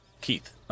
Keith